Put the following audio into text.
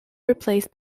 replaced